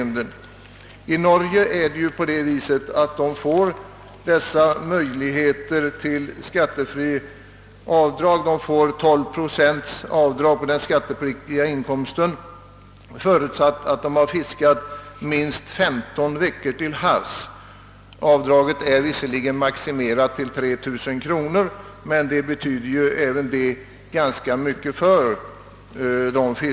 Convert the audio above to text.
Norska fiskare får göra avdrag med 12 procent på den skattepliktiga inkomsten, förutsatt att de fiskat minst 15 veckor till havs. Avdraget är visserligen maximerat till 3 000 kronor, men även det betyder ganska mycket.